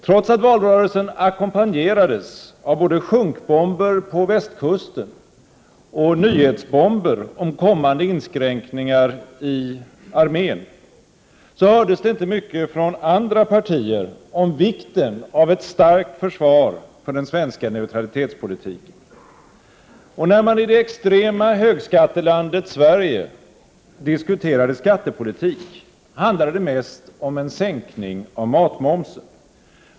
Trots att valrörelsen ackompanjerades av både sjunkbomber på västkusten och nyhetsbomber om kommande inskränkningar i armén, hördes det inte mycket från andra partier om vikten av ett starkt försvar för den svenska neutralitetspolitiken. Och när man i det extrema högskattelandet Sverige diskuterade skattepolitik, handlade det mest om en sänkning av matmomsen.